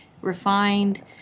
refined